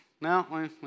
No